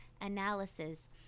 analysis